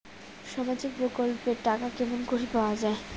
সামাজিক প্রকল্পের টাকা কেমন করি পাওয়া যায়?